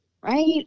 right